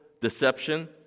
deception